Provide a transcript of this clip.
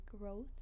growth